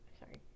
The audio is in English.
sorry